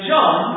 John